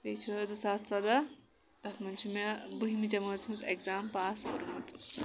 بیٚیہِ چھُ حظ زٕ ساس ژۄدہ اَتھ منٛز چھُ مےٚ بٔہمہِ جَمٲژ ہُنٛد اٮ۪کزام پاس کوٚرمُت